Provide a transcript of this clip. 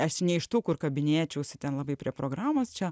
aš ne iš tų kur kabinėčiausi ten labai prie programos čia